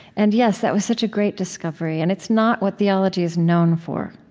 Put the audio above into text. and, yes, that was such a great discovery. and it's not what theology is known for.